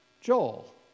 Joel